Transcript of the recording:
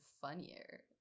funnier